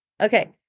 Okay